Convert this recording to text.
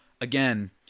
again